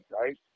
right